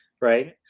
Right